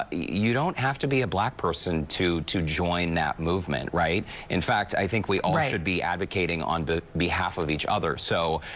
ah you don't have to be a black person to to join that movement. in fact, i think we all should be advocating on but behalf of each other. so